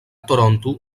toronto